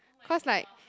cause like